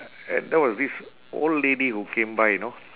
and there was this old lady who came by you know